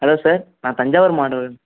hello sir நான் தஞ்சாவூர் மாவட்டத்துலர்ந்து